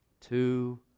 Two